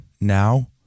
now